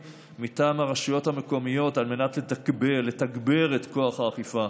מטעם הרשויות המקומיות על מנת לתגבר את כוח האכיפה.